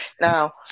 now